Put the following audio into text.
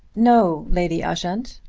no, lady ushant.